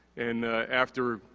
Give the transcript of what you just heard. and, after,